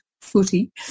footy